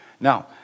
Now